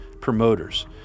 promoters